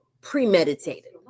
Premeditated